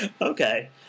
Okay